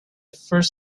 first